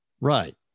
Right